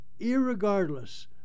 irregardless